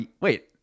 wait